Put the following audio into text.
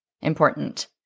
important